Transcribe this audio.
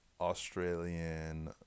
australian